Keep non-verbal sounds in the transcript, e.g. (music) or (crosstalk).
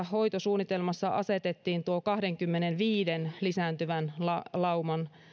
(unintelligible) hoitosuunnitelmassa asetettiin tuo kahdenkymmenenviiden lisääntyvän lauman